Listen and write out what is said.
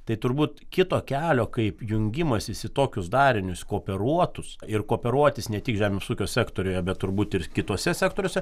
tai turbūt kito kelio kaip jungimasis į tokius darinius kooperuotus ir kooperuotis ne tik žemės ūkio sektoriuje bet turbūt ir kituose sektoriuose